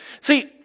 See